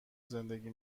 زندگی